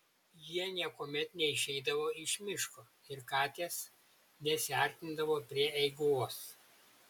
jie niekuomet neišeidavo iš miško ir katės nesiartindavo prie eiguvos